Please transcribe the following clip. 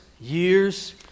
years